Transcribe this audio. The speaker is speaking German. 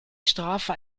strafe